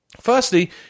Firstly